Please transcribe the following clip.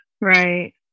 Right